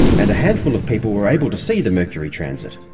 and a handful of people were able to see the mercury transit.